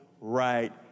right